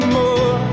more